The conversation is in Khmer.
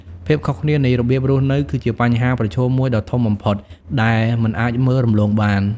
ភាពខុសគ្នានៃរបៀបរស់នៅគឺជាបញ្ហាប្រឈមមួយដ៏ធំបំផុតដែលមិនអាចមើលរំលងបាន។